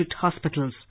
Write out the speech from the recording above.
hospitals